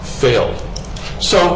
fail so